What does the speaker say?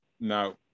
now